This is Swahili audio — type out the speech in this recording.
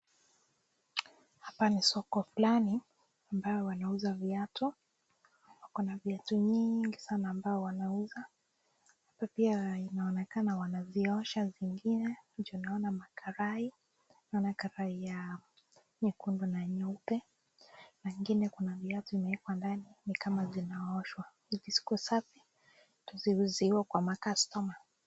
Hapa ni soko fulani ambayo wnauza viatu na wako na viatu mingi sana ambayo wanauza. Hapa pia inaonekana wanaziosha zingine juu naona makarai. Naona karai ya nyekundu na nyeupe na ingine kuna viatu imewekwa ndani ni kama zinaoshwa. Zenye ziko safi ziuziwe kwa ma customer .